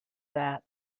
that